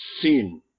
sin